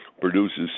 produces